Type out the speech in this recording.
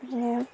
बिदिनो